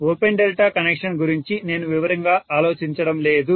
open delta connection గురించి నేను వివరంగా ఆలోచించడం లేదు